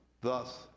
Thus